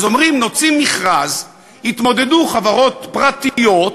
אז אומרים: נוציא מכרז, יתמודדו חברות פרטיות,